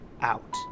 Out